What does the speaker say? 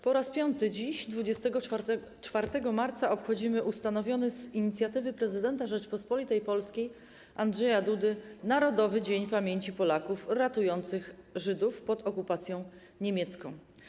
Po raz piąty dziś, 24 marca, obchodzimy ustanowiony z inicjatywy prezydenta Rzeczypospolitej Polskiej Andrzeja Dudy Narodowy Dzień Pamięci Polaków ratujących Żydów pod okupacją niemiecką.